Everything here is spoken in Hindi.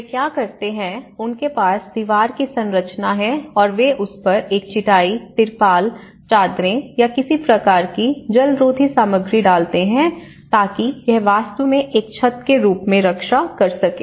वे क्या करते हैं उनके पास दीवार की संरचना है और वे उस पर एक चटाई तिरपाल चादर या किसी प्रकार की जलरोधक सामग्री डालते हैं ताकि यह वास्तव में एक छत के रूप में रक्षा कर सके